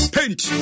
Paint